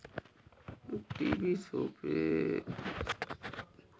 TV show के